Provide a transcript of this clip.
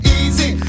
easy